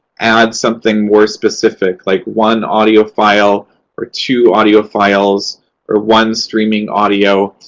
add something more specific like one audio file or two audio files or one streaming audio.